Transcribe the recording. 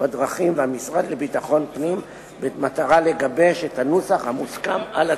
בדרכים והמשרד לביטחון פנים במטרה לגבש את הנוסח המוסכם על הצדדים.